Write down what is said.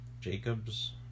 Jacobs